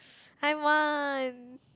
I want